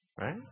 Right